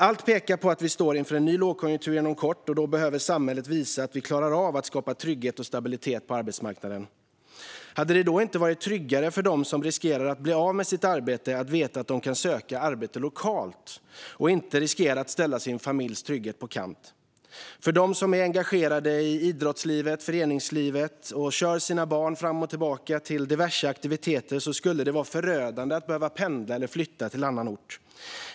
Allt pekar på att vi står inför en ny lågkonjunktur inom kort, och då behöver samhället visa att vi klarar av att skapa trygghet och stabilitet på arbetsmarknaden. Hade det då inte varit tryggare för dem som riskerar att bli av med sitt arbete att veta att de kan söka arbete lokalt utan att behöva riskera sin familjs trygghet? För dem som är engagerade i föreningslivet och kör sina barn fram och tillbaka till diverse aktiviteter skulle det vara förödande att behöva pendla eller flytta till annan ort.